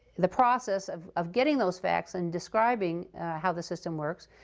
the process of of getting those facts and describing how the system works,